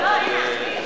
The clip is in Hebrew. לא לא, הנה אנגלית.